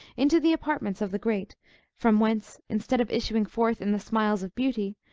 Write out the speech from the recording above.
into the apartments of the great from whence, instead of issuing forth in the smiles of beauty,